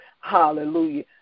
hallelujah